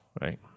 right